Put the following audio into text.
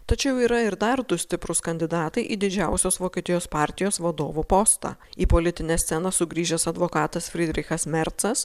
tačiau yra ir dar du stiprūs kandidatai į didžiausios vokietijos partijos vadovo postą į politinę sceną sugrįžęs advokatas fridrichas mercas